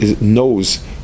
knows